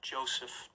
Joseph